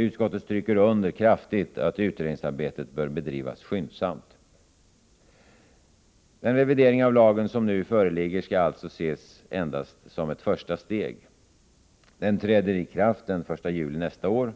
Utskottet understryker kraftigt att utredningsarbetet bör bedrivas skyndsamt. Den revidering av lagen som nu föreligger skall alltså ses endast som ett första steg. Den träder i kraft den 1 juli nästa år.